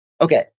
Okay